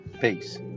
Peace